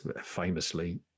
famously